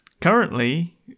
Currently